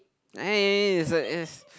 eh it's a it's